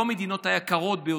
לא המדינות היקרות ביותר.